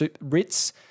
Ritz